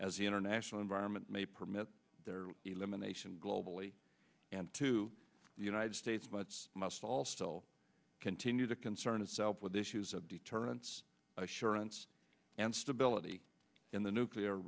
as the international environment may permit elimination globally and to the united states much must also continue to concern itself with issues of deterrence assurance and stability in the nuclear